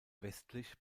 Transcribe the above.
westlich